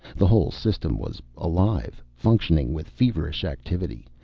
the whole system was alive, functioning with feverish activity.